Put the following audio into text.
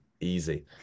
easy